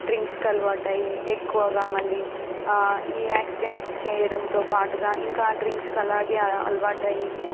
drinks కలవాటయ్యి ఎక్కువగా మళ్ళీ ఈ యాక్సిడెంట్స్ చేయడంతో పాటుగా ఇంకా డ్రింక్స్ అలాగే అలవాటయ్యి